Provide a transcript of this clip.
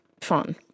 fun